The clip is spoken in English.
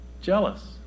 jealous